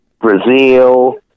Brazil